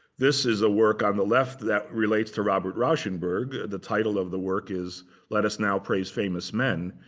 this is a work on the left that relates to robert rauschenberg. the title of the work is let us now praise famous men.